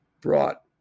brought